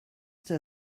der